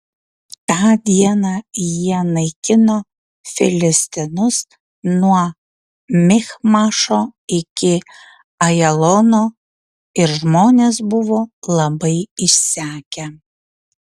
tą dieną jie naikino filistinus nuo michmašo iki ajalono ir žmonės buvo labai išsekę